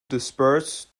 disperse